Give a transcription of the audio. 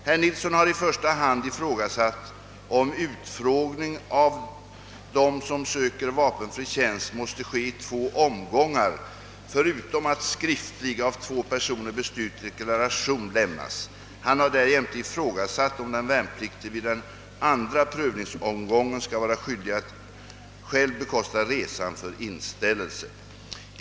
Herr Nilsson har i första hand ifrågasatt, om utfrågning av dem som söker vapenfri tjänst måste ske i två omgångar förutom att skriftlig, av två personer bestyrkt deklaration lämnas. Han har därjämte ifrågasatt, om den värnpliktige vid den andra prövningsomgången skall vara skyldig att själv bekosta resan för inställelse.